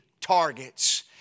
targets